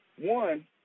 one